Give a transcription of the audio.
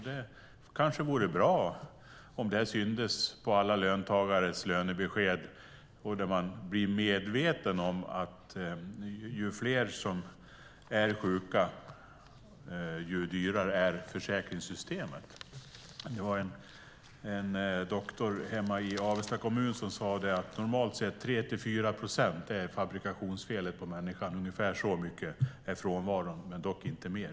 Det vore kanske bra om den syntes på alla löntagares lönebesked, så att de blir medvetna om att ju fler som är sjuka, desto dyrare blir försäkringssystemet. Det finns en doktor hemma i Avesta kommun som har sagt det normalt sett är 3-4 procent som utgör fabrikationsfel på människan. Ungefär så hög är frånvaron, men i genomsnitt inte mer.